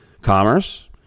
commerce